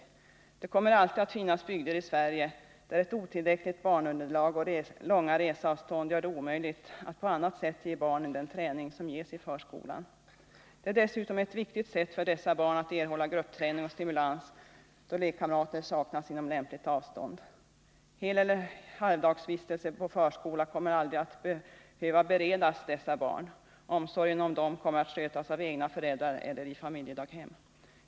Det kommer alltid att finnas bygder i Sverige där ett otillräckligt barnunderlag och långa reseavstånd gör det omöjligt att på annat sätt ge barnet den träning som ges i förskolan. Det är dessutom ett viktigt sätt att bereda dessa barn gruppträning och stimulans då lekkamrater saknas inom lämpligt avstånd. Heleller halvdagsvistelse på förskola kommer aldrig att behöva beredas dessa barn. Omsorgen om dem kommer att skötas av egna föräldrar eller i familjedaghem.